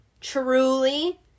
truly